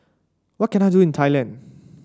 what can I do in Thailand